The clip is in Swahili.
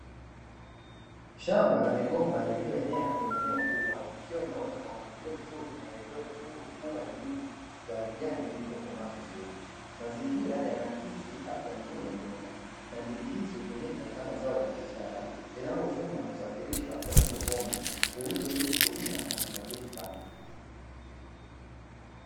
Shamba la migomba lililoenea kwenye eneo kubwa ikiwa imeota kwa mpangilio mzuri na imebeba mikungu mikubwa ya ndizi za kijani zilizokomaa vizuri. Mazingira yanaakisi afya nzuri ya mimea na ndizi hizi hutumika kama zao la biashara linalovunwa na kusafirishwa kwenda sokoni kuuzwa ili mkulima ajipatie kipato.